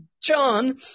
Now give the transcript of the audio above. John